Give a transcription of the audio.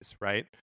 right